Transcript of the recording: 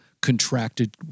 contracted